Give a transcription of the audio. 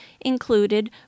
included